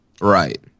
Right